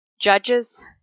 judges